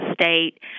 state